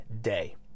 day